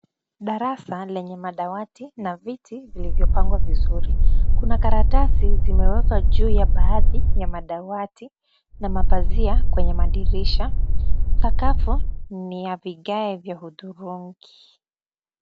Darasa lenye madawati na viti vilivyopangwa vizuri, kuna karatasi zimewekwa juu ya baadhi ya madawati na mapazia kwenye madirisha. Sakafu ni ya vigae vya hudhurungi.